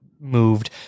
moved